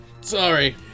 Sorry